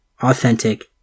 authentic